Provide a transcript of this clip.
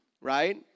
right